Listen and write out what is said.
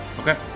Okay